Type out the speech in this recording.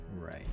Right